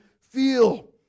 feel